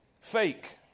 Fake